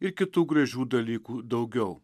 ir kitų gražių dalykų daugiau